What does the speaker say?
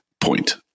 point